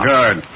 Good